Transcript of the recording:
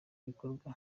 bikorwa